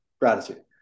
Gratitude